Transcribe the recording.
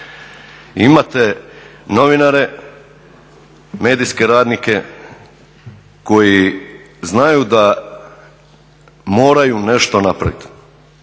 Imate novinare, medijske radnike koji znaju da moraju nešto napraviti,